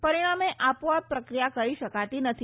પરિણામે આપોઆપ પ્રક્રિયા કરી શકાતી નથી